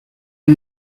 you